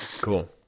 Cool